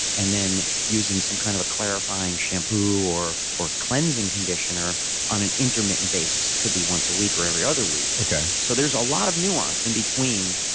and then using some kind of a clarifying shampoo, or or cleansing conditioner on an intermittent basis. it could be once a week or every-other-week. so there's a lot of nuance in between